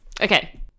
Okay